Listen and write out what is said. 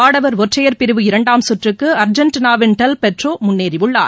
ஆடவர் ஒற்றையர் பிரிவு இரண்டாம் சுற்றுக்கு அர்ஜெண்டனாவின் டெல் பொட்ரோ முன்னேறியுள்ளார்